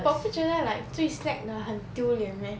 but 不觉得 like 最 slack 的很丢脸 meh